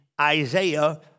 Isaiah